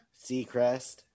Seacrest